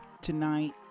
tonight